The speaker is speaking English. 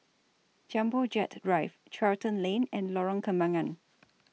Jumbo Jet Drive Charlton Lane and Lorong Kembagan